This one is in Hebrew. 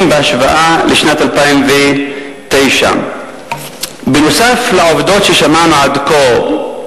בהשוואה לשנת 2009. נוסף על עובדות ששמענו עד כה,